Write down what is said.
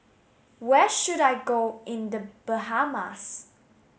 where should I go in The Bahamas